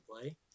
play